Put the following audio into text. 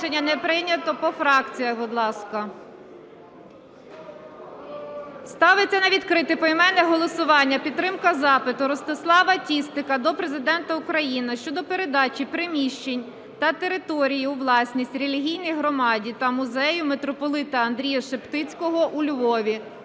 Ставиться на відкрите поіменне голосування підтримка запиту Ростислава Тістика до Президента України щодо передачі приміщень та території у власність релігійній громаді та музею Митрополита Андрея Шептицького у Львові.